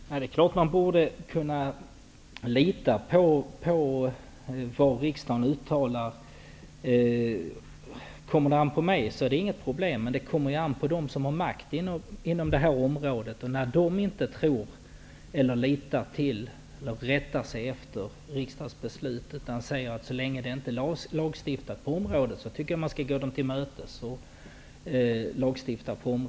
Herr talman! Det är klart att man borde kunna lita på vad riksdagen uttalar. Kommer det an på mig är det inget problem, men det kommer ju an på dem som har makt inom det här området. Eftersom de inte tror på, litar till eller rättar sig efter riksdagens beslut så länge det inte är lagstiftat på området, tycker jag att man skall gå dem till mötes och lagstifta.